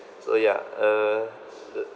so yeah uh